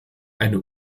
eine